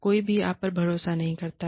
कोई भी आप पर भरोसा नहीं करता है